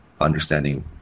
understanding